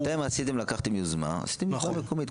לקחתם יוזמה ועשיתם משהו מקומי.